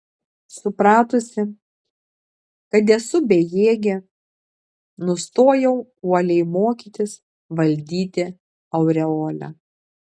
supratusi kad esu bejėgė nustojau uoliai mokytis valdyti aureolę